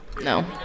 No